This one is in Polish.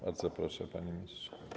Bardzo proszę, panie ministrze.